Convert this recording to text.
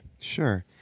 Sure